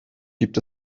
gibt